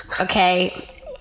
okay